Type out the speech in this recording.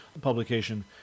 publication